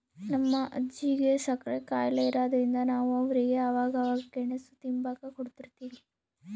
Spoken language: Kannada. ನಮ್ ಅಜ್ಜಿಗೆ ಸಕ್ರೆ ಖಾಯಿಲೆ ಇರಾದ್ರಿಂದ ನಾವು ಅವ್ರಿಗೆ ಅವಾಗವಾಗ ಗೆಣುಸು ತಿಂಬಾಕ ಕೊಡುತಿರ್ತೀವಿ